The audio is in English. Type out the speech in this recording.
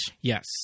Yes